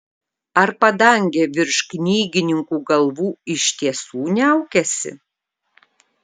ar padangė virš knygininkų galvų iš tiesų niaukiasi